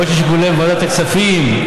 בעוד שיקולי ועדת הכספים,